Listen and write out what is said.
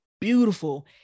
beautiful